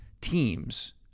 teams